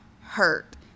hurt